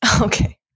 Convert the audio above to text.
Okay